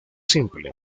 simple